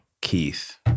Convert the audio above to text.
Keith